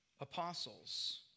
apostles